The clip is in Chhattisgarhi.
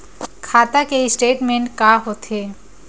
खाता के स्टेटमेंट का होथे?